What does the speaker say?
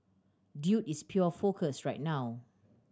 dude is pure focus right now